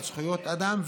על זכויות אדם,